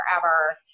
forever